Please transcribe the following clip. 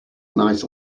nice